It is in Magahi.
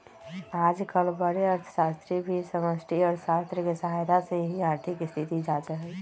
आजकल बडे अर्थशास्त्री भी समष्टि अर्थशास्त्र के सहायता से ही आर्थिक स्थिति जांचा हई